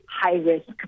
high-risk